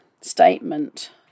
statement